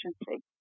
efficiency